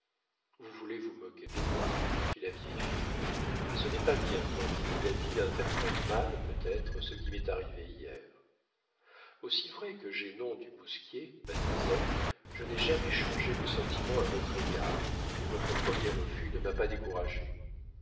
vous voulez vous moquer de moi fit la vieille fille et ce n'est pas bien quand toute la ville interprète mal peut-être ce qui m'est arrivé hier aussi vrai que j'ai nom du bousquier mademoiselle je n'ai jamais changé de sentiments à votre égard et votre premier refus ne m'a pas découragé